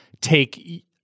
take